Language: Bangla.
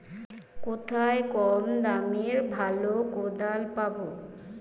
কোথায় কম দামে ভালো কোদাল পাব?